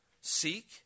Seek